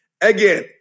Again